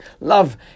love